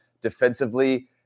defensively